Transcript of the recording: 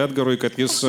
edgarui kad jis